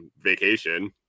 vacation